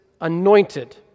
anointed